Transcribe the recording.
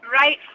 Right